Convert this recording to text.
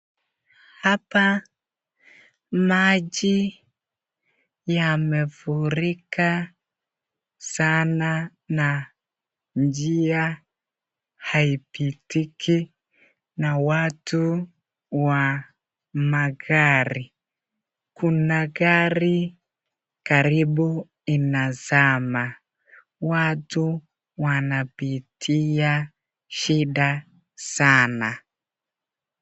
Hapa maji yamefurika sana na njia haipitiki na watu wa magari. Kuna gagri karibu inazama watu wanapitia shida sana.